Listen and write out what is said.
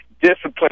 discipline